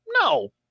no